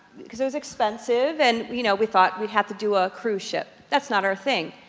because it was expensive, and you know we thought we had to do a cruise ship. that's not our thing.